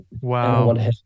Wow